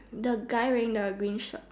the guy wearing the green shirt